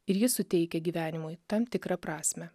ir ji suteikia gyvenimui tam tikrą prasmę